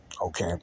Okay